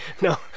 No